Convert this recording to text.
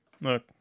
Look